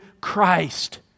Christ